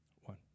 one